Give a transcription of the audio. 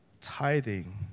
tithing